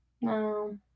No